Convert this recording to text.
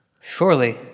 surely